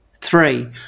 Three